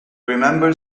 remembered